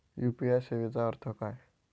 UPI सेवेचा अर्थ काय?